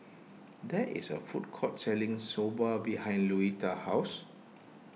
there is a food court selling Soba behind Luetta's house